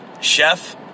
Chef